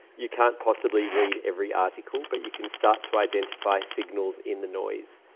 you can't possibly read every article but you can start to identify signals in the noise.